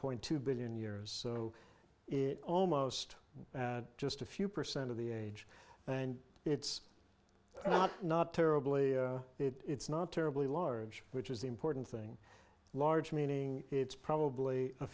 point two billion years so it almost just a few percent of the age and it's not terribly it's not terribly large which is the important thing large meaning it's probably a